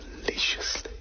deliciously